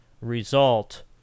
result